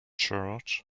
church